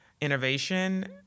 innovation